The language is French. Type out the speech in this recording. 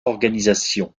organisation